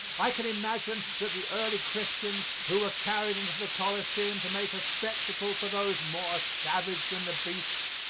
i can imagine that the early christians who were carried into the coliseum to make a spectacle for those more savage than the beasts,